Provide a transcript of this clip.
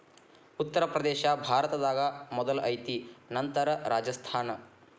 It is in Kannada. ಉತ್ತರ ಪ್ರದೇಶಾ ಭಾರತದಾಗ ಮೊದಲ ಐತಿ ನಂತರ ರಾಜಸ್ಥಾನ